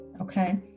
Okay